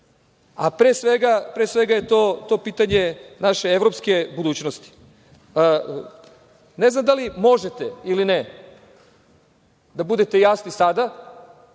a pre svega je to pitanje naše evropske budućnosti. Ne znam da li možete ili ne da budete jasni sada,